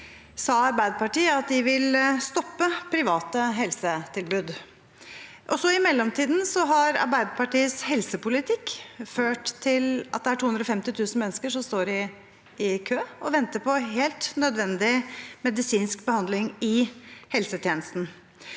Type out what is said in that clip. Arbeiderpartiet at de ville stoppe private helsetilbud. I mellomtiden har Arbeiderpartiets helsepolitikk ført til at det er 250 000 mennesker som står i kø og venter på helt nødvendig medisinsk behandling i helsetjenesten.